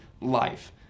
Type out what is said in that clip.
life